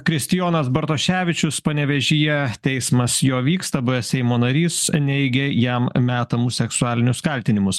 kristijonas bartoševičius panevėžyje teismas jo vyksta buvęs seimo narys neigia jam metamus seksualinius kaltinimus